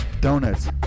Donuts